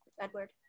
Edward